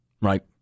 Right